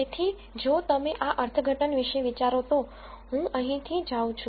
તેથી જો તમે આ અર્થઘટન વિશે વિચારો છો તો હું અહીંથી જઉં છું